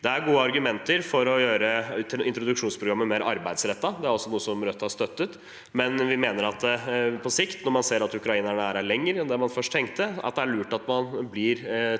Det er gode argumenter for å gjøre introduksjonsprogrammet mer arbeidsrettet. Det er også noe Rødt har støttet. Vi mener likevel at på sikt, når man ser at ukrainerne er her lenger enn det man først tenkte, er det lurt at man blir tilstrekkelig